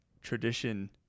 tradition